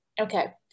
Okay